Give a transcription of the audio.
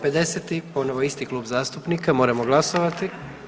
50. ponovo isti klub zastupnika moramo glasovati.